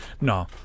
No